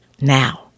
now